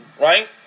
right